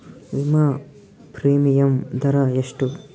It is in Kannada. ವಿಮಾ ಪ್ರೀಮಿಯಮ್ ದರಾ ಎಷ್ಟು?